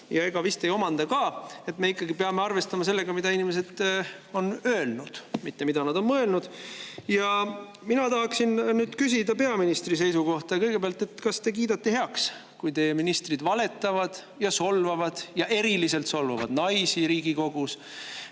ja ega vist ei omanda ka. Me ikkagi peame arvestama sellega, mida inimesed on öelnud, mitte mida nad on mõelnud. Mina tahaksin nüüd küsida peaministri seisukohta. Kõigepealt, kas te kiidate heaks, kui teie ministrid valetavad ja solvavad, eriliselt solvavad naisi Riigikogus?